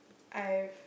I've